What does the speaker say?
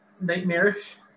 nightmarish